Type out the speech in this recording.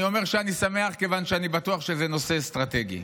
אני אומר שאני שמח כיוון שאני בטוח שזה נושא אסטרטגי.